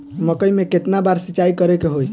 मकई में केतना बार सिंचाई करे के होई?